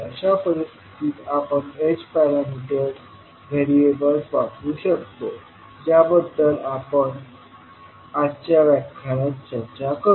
अशा परिस्थितीत आपण h पॅरामीटर व्हेरिएबल्स वापरू शकतो ज्याबद्दल आपण आजच्या व्याख्यानात चर्चा करू